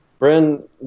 Bren